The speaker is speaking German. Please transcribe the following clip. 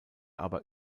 aber